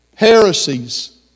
heresies